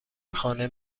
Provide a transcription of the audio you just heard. خانه